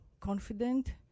confident